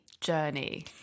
journey